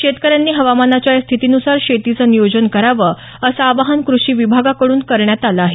शेतकऱ्यांनी हवामानाच्या या स्थिती नुसार शेतीचं नियोजन करावं असं आवाहन कृषी विभागाकडून करण्यात आलं आहे